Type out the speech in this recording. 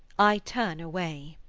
i turn away.